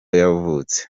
yavutse